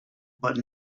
but